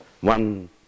One